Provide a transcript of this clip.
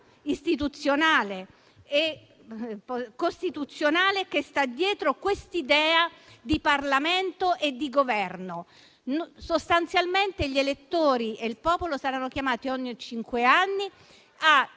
istituzionale e costituzionale che sta dietro quest'idea di Parlamento e di Governo. Sostanzialmente, gli elettori e il popolo saranno chiamati, ogni cinque anni, a